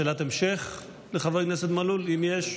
שאלת המשך לחבר הכנסת מלול, אם יש.